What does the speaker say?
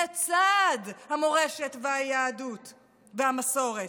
לצד המורשת והיהדות והמסורת,